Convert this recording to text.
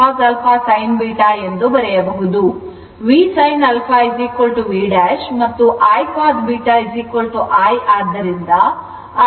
V sin α V' ಮತ್ತು I cos β I ಆದ್ದರಿಂದ ಅದು V'I VI' ಆಗುತ್ತದೆ